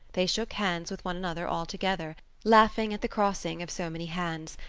they shook hands with one another all together, laughing at the crossing of so many hands,